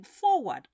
forward